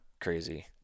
crazy